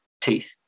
teeth